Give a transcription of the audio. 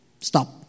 Stop